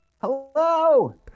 hello